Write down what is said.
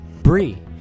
Brie